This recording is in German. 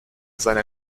seine